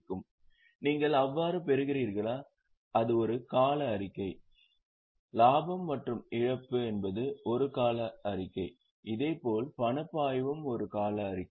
நீங்கள் அவ்வாறு பெறுகிறீர்களா இது ஒரு கால அறிக்கை லாபம் மற்றும் இழப்பு என்பது ஒரு கால அறிக்கை இதேபோல் பணப்பாய்வும் ஒரு கால அறிக்கை